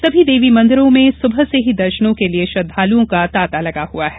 सभी देवी मंदिरों में सुबह से ही दर्शनों के लिये श्रद्धालुओं का तांता लगा हुआ है